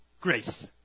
grace